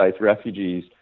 refugees